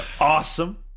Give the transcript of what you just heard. awesome